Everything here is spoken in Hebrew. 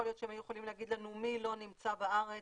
יכול להיות שהם היו יכולים להגיד לנו מי לא נמצא בארץ